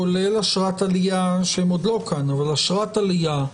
כולל אשרת עלייה שהם עוד לא כאן, אבל אשרת עלייה,